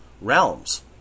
realms